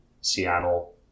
Seattle